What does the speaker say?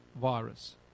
virus